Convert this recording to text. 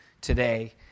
today